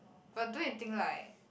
but do you think like